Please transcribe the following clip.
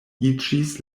iĝis